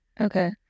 Okay